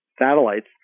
satellites